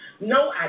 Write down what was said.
No